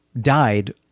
died